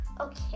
Okay